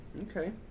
Okay